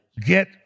Get